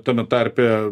tame tarpe